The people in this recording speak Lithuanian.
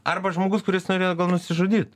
arba žmogus kuris norėjo nusižudyt